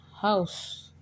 house